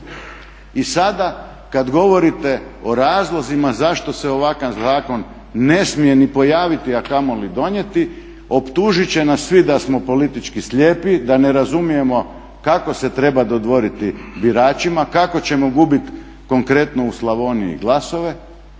I sada kad govorite o razlozima zašto se ovakav zakon ne smije ni pojaviti, a kamoli donijeti, optužit će nas svi da smo politički slijepi, da ne razumijemo kako se treba dodvoriti biračima, kako ćemo gubiti konkretno u Slavoniji glasove,